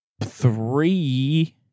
three